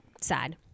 sad